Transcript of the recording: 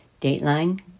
Dateline